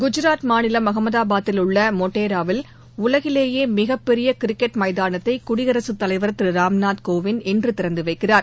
குஜராத் மாநிலம் அகமதாபாதில் உள்ள மொடேராவில் உலகிலேயே மிகப்பெரிய கிரிக்கெட் மைதானத்தை குடியரசுத் தலைவர் திரு ராம்நாத் கோவிந்த் இன்று திறந்து வைக்கிறார்